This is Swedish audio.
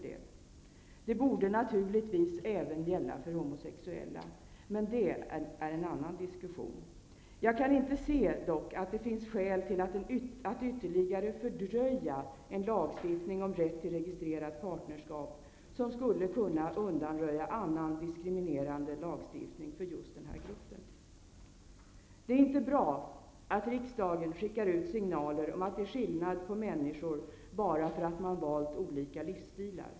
Det borde naturligtvis även gälla för homosexuella, men det är en annan diskussion. Jag kan inte se att det finns skäl till att ytterligare fördröja en lagstiftning om rätt till registrerat parnerskap, som skulle kunna undanröja annan diskriminerande lagstiftning för just den här gruppen. Det är inte bra att riksdagen skickar ut signaler om att det är skillnad på människor bara därför att man valt olika livsstilar.